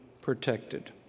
protected